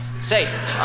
safe